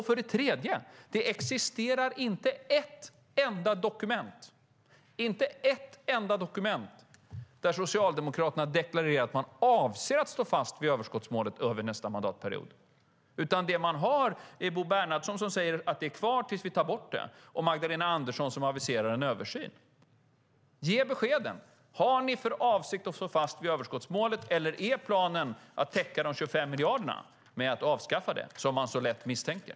För det tredje existerar det inte ett enda dokument - inte ett enda - där Socialdemokraterna deklarerar att man avser att stå fast vid överskottsmålet över nästa mandatperiod. Det man har är Bo Bernhardsson, som säger "Det är kvar tills vi tar bort det", och Magdalena Andersson, som aviserar en översyn. Ge besked! Har ni för avsikt att stå fast vid överskottsmålet, eller är planen att täcka de 25 miljarderna genom att avskaffa det, som man så lätt misstänker?